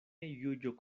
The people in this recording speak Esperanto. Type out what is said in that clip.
juĝo